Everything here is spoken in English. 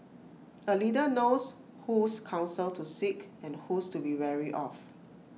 A leader knows whose counsel to seek and whose to be wary of